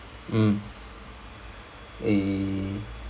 mm a